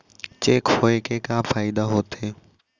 Cheque होए के का फाइदा होथे?